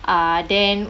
uh then